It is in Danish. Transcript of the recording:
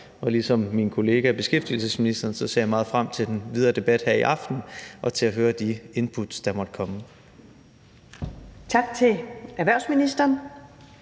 Ligesom min kollega bekæftigelsesministeren ser jeg meget frem til den videre debat her i aften og til at høre de input, der måtte komme.